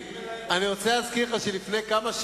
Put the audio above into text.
יש לי נוסחת פלא,